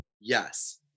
Yes